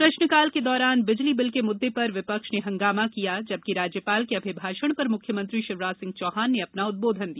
प्रश्नकाल के दौरान बिजली बिल के मुद्दे र वि क्ष ने हंगामा किया जबकि राज्य ाल के अभिभाषण र म्ख्यमंत्री शिवराज सिंह चौहान ने अ ना उद्बोधन दिया